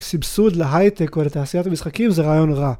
סבסוד להייטק או לתעשיית המשחקים זה רעיון רע.